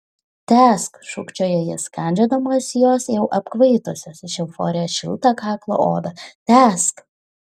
tęsk šūkčiojo jis kandžiodamas jos jau apkvaitusios iš euforijos šiltą kaklo odą tęsk